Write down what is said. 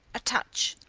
a touch.